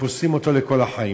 שפוסלים אותו לכל החיים.